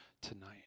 tonight